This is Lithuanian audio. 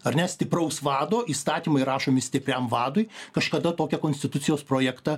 ar ne stipraus vado įstatymai rašomi stipriam vadui kažkada tokią konstitucijos projektą